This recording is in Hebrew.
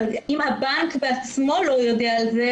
אבל אם הבנק בעצמו לא יודע על זה,